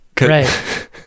right